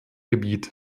gebiet